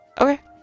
Okay